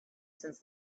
since